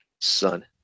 son